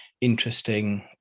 interesting